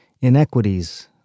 inequities